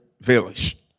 village